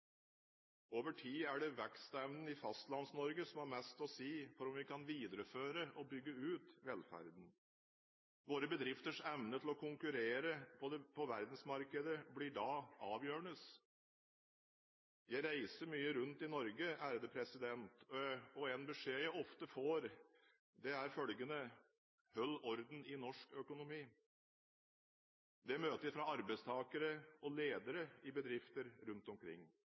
Over tid er det vekstevnen i Fastlands-Norge som har mest å si for om vi kan videreføre og bygge ut velferden. Våre bedrifters evne til å konkurrere på verdensmarkedet blir da avgjørende. Jeg reiser mye rundt i Norge, og en beskjed jeg ofte får, er følgende: Hold orden i norsk økonomi! Det møter jeg fra arbeidstakere og ledere i bedrifter rundt omkring.